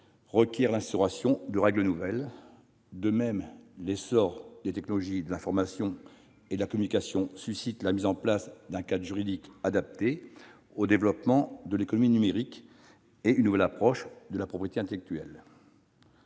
requiert l'instauration de règles nouvelles. De même, l'essor des technologies de l'information et de la communication suscite la mise en place d'un cadre juridique adapté au développement de l'économie numérique et une nouvelle approche de la propriété intellectuelle.